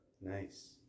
Nice